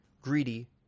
greedy